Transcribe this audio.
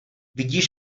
vidíš